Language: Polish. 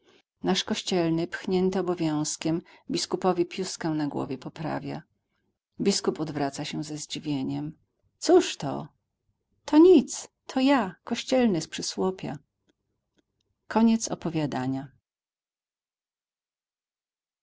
nasz kościelny pchnięty obowiązkiem biskupowi piuskę na głowie poprawia biskup odwraca się ze zdziwieniem cóż to to nic to ja kościelny z przysłopia